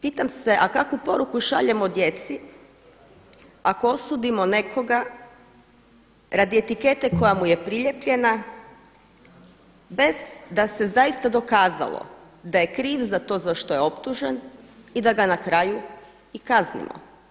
Pitam se a kakvu poruku šaljemo djeci ako osudimo nekoga radi etikete koja mu je prilijepljena bez da se zaista dokazalo da je kriv za što je optužen i da ga na kraju i kaznimo.